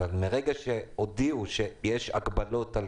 אבל מרגע שהודיעו שיש הגבלות על